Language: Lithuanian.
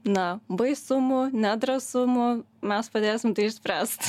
na baisumų nedrąsumų mes padėsim tai išspręst